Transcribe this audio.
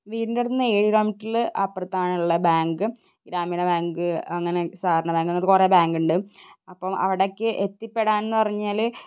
വീടിൻ്റെ അടുത്തുനിന്ന് ഏഴാം മുക്കിൽ അപ്പുറത്താണുള്ള ബാങ്ക് ഗ്രാമീണ ബാങ്ക് അങ്ങനെ സഹകരണ ബാങ്ക് അങ്ങനത്തെ കുറേ ബാങ്ക് ഉണ്ട് അപ്പോൾ അവിടേയ്ക്ക് എത്തിപ്പെടാൻ എന്നു പറഞ്ഞാൽ